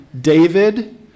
David